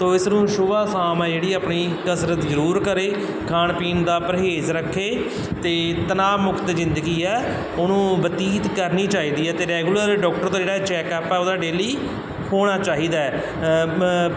ਤਾਂ ਇਸ ਨੂੰ ਸੁਬਹ ਸ਼ਾਮ ਆ ਜਿਹੜੀ ਆਪਣੀ ਕਸਰਤ ਜ਼ਰੂਰ ਕਰੇ ਖਾਣ ਪੀਣ ਦਾ ਪਰਹੇਜ਼ ਰੱਖੇ ਅਤੇ ਤਣਾਅ ਮੁਕਤ ਜ਼ਿੰਦਗੀ ਹੈ ਉਹਨੂੰ ਬਤੀਤ ਕਰਨੀ ਚਾਹੀਦੀ ਹੈ ਅਤੇ ਰੈਗੂਲਰ ਡਾਕਟਰ ਤੋਂ ਜਿਹੜਾ ਚੈੱਕ ਅਪ ਆ ਉਹਦਾ ਡੇਲੀ ਹੋਣਾ ਚਾਹੀਦਾ